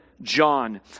John